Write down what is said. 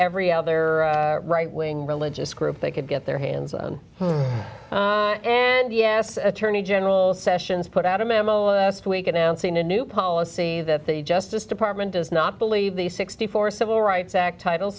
every other right wing religious group they could get their hands on and yes attorney general sessions put out a memo a last week announcing a new policy that the justice department does not believe the sixty four dollars civil rights act title